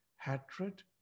hatred